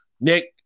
Nick